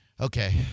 Okay